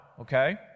okay